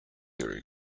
during